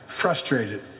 frustrated